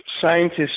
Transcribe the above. scientists